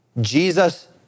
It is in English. Jesus